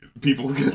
people